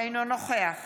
אינו נוכח